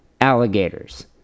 alligators